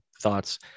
thoughts